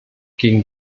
gegen